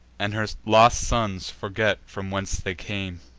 and her lost sons forget from whence they came.